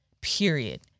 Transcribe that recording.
Period